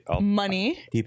money